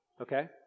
okay